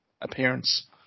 appearance